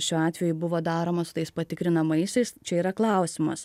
šiuo atveju buvo daroma su tais patikrinamaisiais čia yra klausimas